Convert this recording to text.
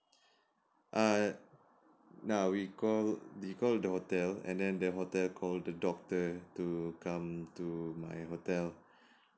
err no we called we called the hotel and then the hotel called the doctor to come to my hotel